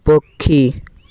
ପକ୍ଷୀ